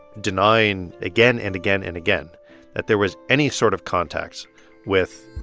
denying again and again and again that there was any sort of contacts with